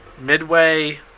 Midway